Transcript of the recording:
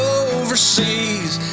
overseas